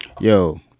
Yo